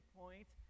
point